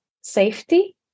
safety